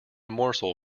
morsel